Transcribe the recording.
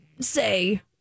say